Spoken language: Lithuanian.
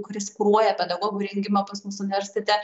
kuris kuruoja pedagogų rengimą pas mus universitete